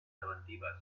preventives